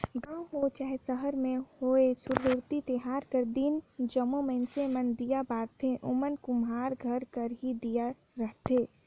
गाँव होए चहे सहर में होए सुरहुती तिहार कर दिन जम्मो मइनसे मन दीया बारथें ओमन कुम्हार घर कर ही दीया रहथें